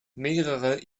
mehrere